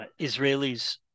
Israelis